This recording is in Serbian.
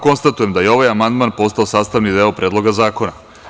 Konstatujem da je ovaj amandman postao sastavni deo Predloga zakona.